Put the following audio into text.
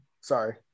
sorry